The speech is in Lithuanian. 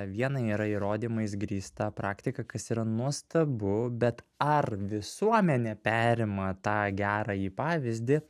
viena yra įrodymais grįsta praktika kas yra nuostabu bet ar visuomenė perima tą gerąjį pavyzdį